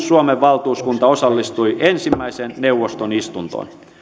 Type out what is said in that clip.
suomen valtuuskunta osallistui ensimmäiseen neuvoston istuntoon